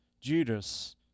Judas